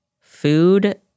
Food